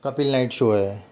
Kapil night show आहे